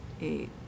eight